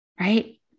right